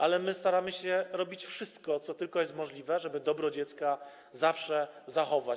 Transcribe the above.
Ale my staramy się robić wszystko, co tylko jest możliwe, żeby dobro dziecka zawsze zachować.